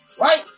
Right